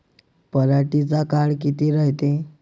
पराटीचा काळ किती रायते?